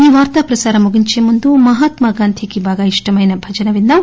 ఈ వార్తా ప్రసారం ముగించేముందు మహాత్మా గాంధీకి బాగా ఇష్టమైన భజన విందాం